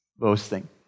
Boasting